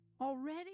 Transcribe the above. Already